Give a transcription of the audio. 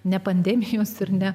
ne pandemijos ir ne